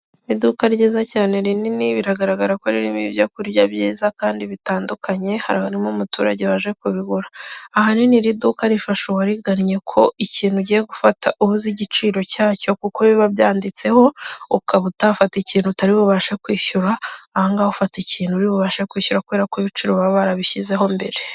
Abantu bane bambaye imipira y'umweru ndetse n'ingofero y'umweru, bahagaze hejuru y'abantu benshi harimo abanyonzi, n'abaturage basanzwe, bari kuvuga kuri gahunda y'ubwizigame ya ejo heza bafite ibirango byanditseho amagambo y'ururimi rw'ikinyarwanda ari mu ibara ry'ubururu.